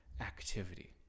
activity